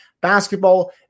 basketball